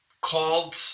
called